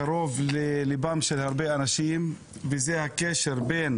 קרוב לליבם של הרבה אנשים, וזה הקשר בין